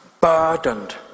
burdened